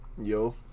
Yo